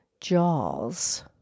jaws